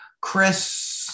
Chris